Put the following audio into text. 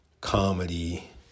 comedy